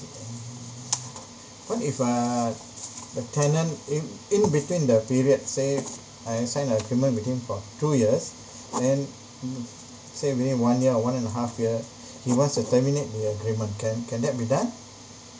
mm what if uh the tenant if in between the period say I have signed the document between for two years then mm say maybe one year or one and a half year he wants to terminate the agreement can can that be done